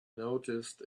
noticed